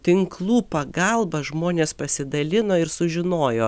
tinklų pagalba žmonės pasidalino ir sužinojo